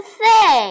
say